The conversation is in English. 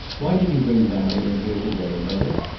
why did you bring marion here to-day, mother?